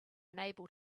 unable